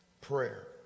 Prayer